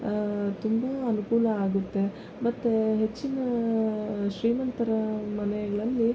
ತುಂಬ ಅನುಕೂಲ ಆಗುತ್ತೆ ಮತ್ತು ಹೆಚ್ಚಿನ ಶ್ರೀಮಂತರ ಮನೆಗಳಲ್ಲಿ